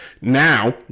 Now